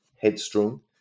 headstrong